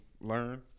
learn